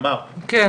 תתקנו את ההגדרה הזאת.